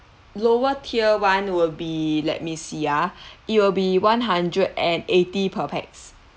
lower tier [one] will be let me see ah it will be one hundred and eighty per pax